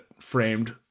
framed